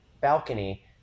balcony